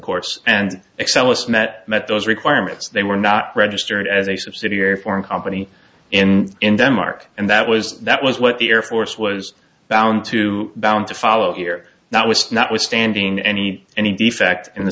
course and excel us met met those requirements they were not registered as a subsidiary foreign company in in denmark and that was that was what the air force was bound to bound to follow here that was notwithstanding any any defect in the